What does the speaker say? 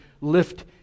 lift